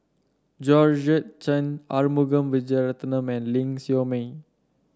Georgette Chen Arumugam Vijiaratnam and Ling Siew May